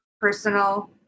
personal